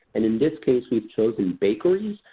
and in this case we've chosen bakeries,